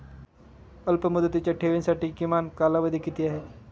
अल्पमुदतीच्या ठेवींसाठी किमान कालावधी किती आहे?